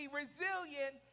resilient